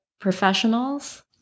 professionals